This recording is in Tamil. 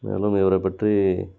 மேலும் இவரை பற்றி